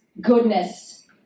goodness